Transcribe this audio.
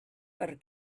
per